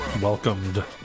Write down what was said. welcomed